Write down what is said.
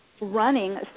running